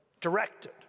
directed